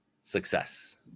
success